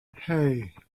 hey